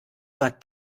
war